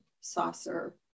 saucer